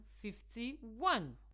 fifty-one